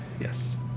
Yes